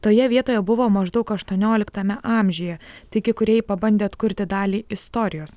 toje vietoje buvo maždaug aštuonioliktame amžiuje tik įkūrėjai pabandė atkurti dalį istorijos